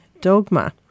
dogma